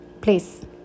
please